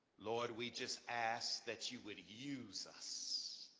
lord, we just ask that you would use us.